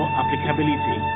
applicability